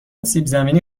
سیبزمینی